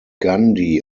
gandhi